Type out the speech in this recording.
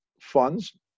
funds